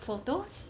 photos